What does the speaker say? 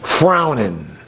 frowning